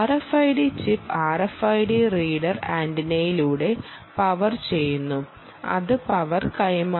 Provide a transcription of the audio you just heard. RFID chip RFID reader ആന്റിനയിലൂടെ power ചെയ്യുന്നു അത് പവർ കൈമാറുന്നു